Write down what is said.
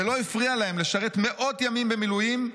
זה לא הפריע להם לשרת מאות ימים במילואים,